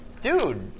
dude